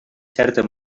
certa